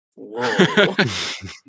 Whoa